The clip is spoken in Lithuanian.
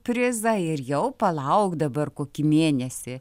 prizą ir jau palauk dabar kokį mėnesį